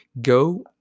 Go